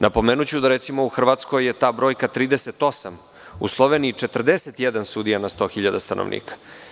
Napomenuću, da je recimo u Hrvatskoj ta brojka 38, u Sloveniji 41 sudija na 100.000 stanovnika.